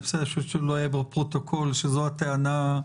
פשוט שלא ייכתב בפרוטוקול שזו הטענה.